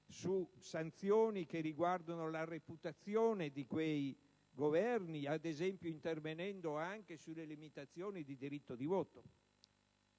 su sanzioni che riguardano la reputazione di quei Governi, ad esempio intervenendo anche sulle limitazioni del diritto di voto.